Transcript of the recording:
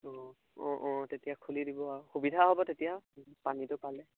অঁ অঁ অঁ তেতিয়া খুলি দিব আৰু সুবিধা হ'ব তেতিয়া পানীটো পালে